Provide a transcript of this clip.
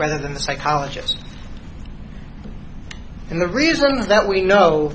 rather than the psychologist and the reasons that we know